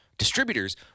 Distributors